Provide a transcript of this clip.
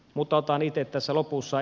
mutta panitte tässä lopussa